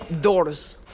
doors